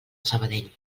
sabadell